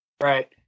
Right